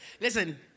Listen